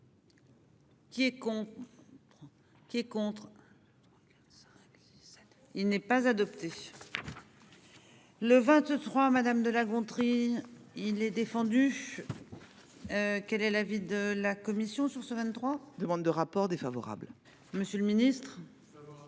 Qui est contre. Il n'est pas adopté. Le 23. Madame de La Gontrie. Il est défendu. Quel est l'avis de la commission sur ce 23 demandes de rapport défavorable. Monsieur le Ministre.